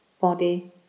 body